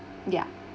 ya